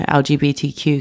lgbtq